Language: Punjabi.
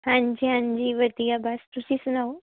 ਹਾਂਜੀ ਹਾਂਜੀ ਵਧੀਆ ਬਸ ਤੁਸੀਂ ਸੁਣਾਓ